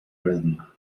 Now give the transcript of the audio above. rhythm